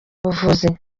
buvuzi